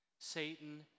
Satan